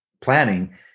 planning